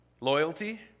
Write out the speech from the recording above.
Loyalty